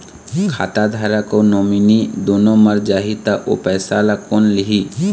खाता धारक अऊ नोमिनि दुनों मर जाही ता ओ पैसा ला कोन लिही?